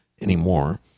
anymore